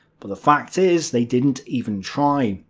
but the fact is they didn't even try.